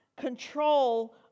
control